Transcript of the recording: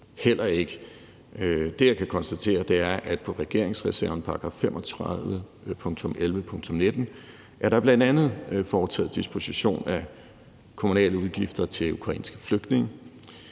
heller ikke. Det, som jeg kan konstatere, er, at der på regeringsreserven § 35.11.19 bl.a. er foretaget disposition af kommunale udgifter til ukrainske flygtninge,